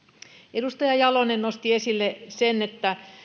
edustaja jalonen nosti esille sen että